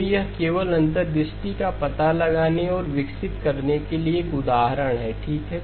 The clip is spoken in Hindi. फिर यह केवल अंतर्दृष्टि का पता लगाने और विकसित करने के लिए एक उदाहरण है ठीक है